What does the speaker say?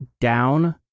down